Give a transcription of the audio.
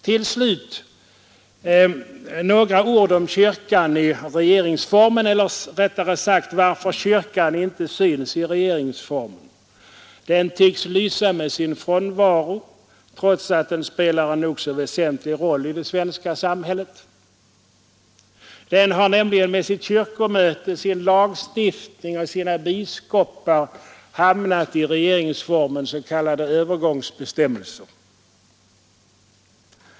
Till slut några ord om kyrkan i regeringsformen — eller rättare sagt varför kyrkan inte syns i regeringsformen. Den tycks lysa med sin frånvaro trots att den spelar en nog så väsentlig roll i det svenska samhället. Den har nämligen med sitt kyrkomöte, sin lagstiftning, sina biskopar och mycket annat hamnat i regeringsformens s.k. övergångsbestämmelser.